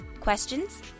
Questions